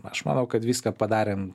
aš manau kad viską padarėm